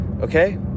okay